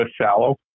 shallow